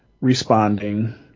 responding